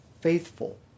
faithful